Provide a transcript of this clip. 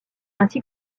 ainsi